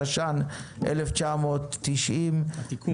תש"ן 1990 --- התיקון.